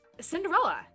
Cinderella